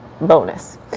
Bonus